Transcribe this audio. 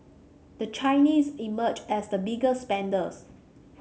the Chinese emerged as the biggest spenders